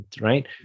right